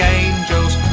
angels